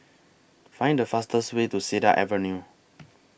Find The fastest Way to Cedar Avenue